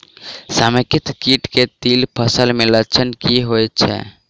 समेकित कीट केँ तिल फसल मे लक्षण की होइ छै?